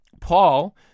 Paul